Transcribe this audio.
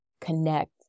connect